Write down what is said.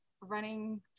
running